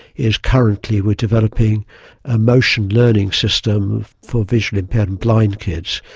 is currently we are developing a motion learning system for visually impaired and blind kids,